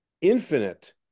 infinite